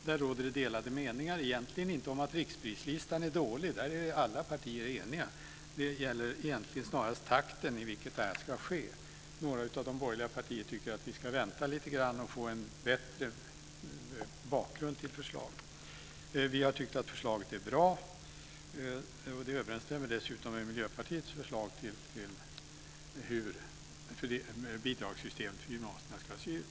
Där råder det delade meningar, egentligen inte om att riksprislistan är dålig - där är alla parter eniga - utan snarast om i vilken takt detta ska ske. Några av de borgerliga partierna tycker att vi ska vänta lite grann och få en bättre bakgrund till förslaget. Vi tycker att förslaget är bra. Det överensstämmer dessutom med Miljöpartiets förslag till hur systemet med bidrag till gymnasierna ska se ut.